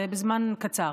זה בזמן קצר.